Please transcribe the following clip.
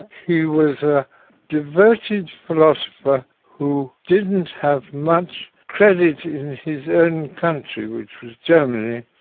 he was a devoted philosopher who didn't have much credit in his own country, which was germany,